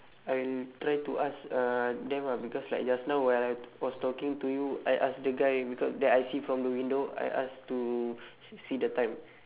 I will try to ask uh them ah because like just now when I was talking to you I ask the guy because that I see from the window I ask to s~ see the time